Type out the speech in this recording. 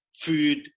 food